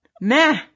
Meh